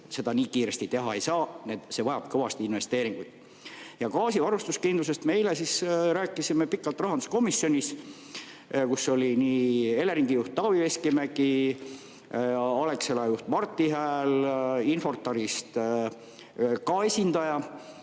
seda nii kiiresti teha ei saa. See vajab kõvasti investeeringuid. Ja gaasivarustuskindlusest me eile rääkisime pikalt rahanduskomisjonis, kus oli nii Eleringi juht Taavi Veskimägi, Alexela juht Marti Hääl, Infortarist ka esindaja